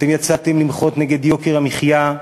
אתם יצאתם למחות נגד יוקר המחיה,